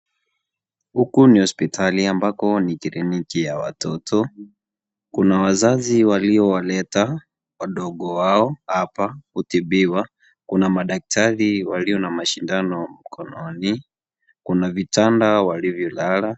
Huku ni hospitali ambako ni kliniki ya watoto. Kuna wazazi waliowaleta wadogo wao hapa kutibiwa. Kuna madaktari walio na mashidano mkononi na kuna vitanda walivyolalia.